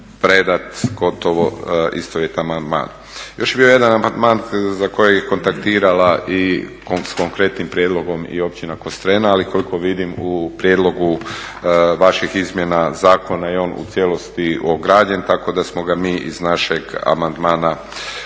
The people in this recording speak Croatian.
predati gotovo … amandman. Još je bio jedan amandman za koji je kontaktirala i s konkretnim prijedlogom i Općina Kostrena, ali koliko vidim u prijedlogu vaših izmjena zakona je on u cijelosti ograđen tako da smo ga mi iz našeg amandmana